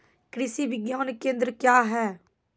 कृषि विज्ञान केंद्र क्या हैं?